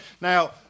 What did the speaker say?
Now